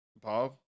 Bob